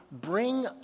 bring